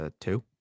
two